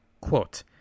Quote